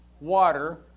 water